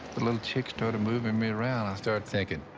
little chick started moving me around, i started thinking,